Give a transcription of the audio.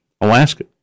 Alaska